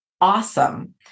awesome